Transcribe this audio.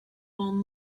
all